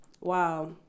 Wow